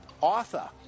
author